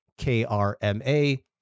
KRMA